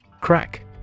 Crack